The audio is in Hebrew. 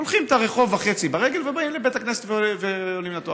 הולכים רחוב וחצי ברגל ובאים לבית הכנסת ועולים לתורה.